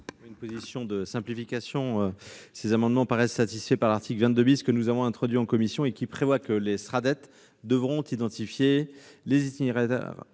Ma position sera de simplification. Ces amendements paraissent satisfaits par l'article 22 que nous avons introduit en commission, lequel prévoit que les Sraddet devront identifier les itinéraires